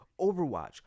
Overwatch